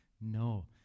no